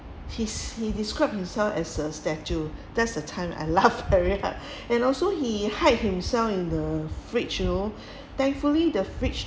his he described himself as a statue that's the time I laughed very hard and also he hide himself in the fridge you know thankfully the fridge